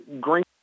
Green